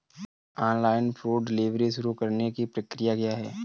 Online food delivery शुरू करने की प्रक्रिया क्या है?